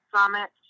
Summit